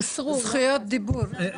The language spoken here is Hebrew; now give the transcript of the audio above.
זכויות דיבור.